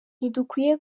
ntidukwiye